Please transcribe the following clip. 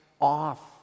off